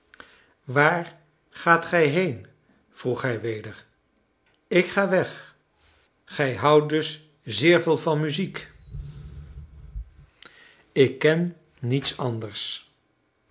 waar gaat gij heen vroeg hij weder ik ga weg gij houdt dus zeer veel van muziek ik ken niets anders